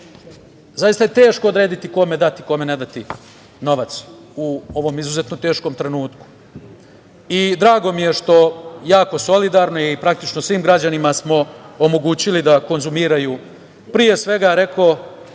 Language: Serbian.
zaista je teško odrediti kome dati, kome ne dati novac u ovom izuzetnom teškom trenutku. Drago mi je što jako solidarno i praktično svim građanima smo omogućili da konzumiraju pre svega rekoh,